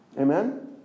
Amen